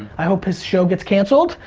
i hope his show gets canceled,